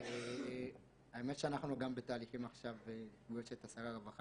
האמת שאנחנו גם בתהליכים עכשיו --- הרווחה.